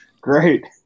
Great